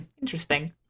interesting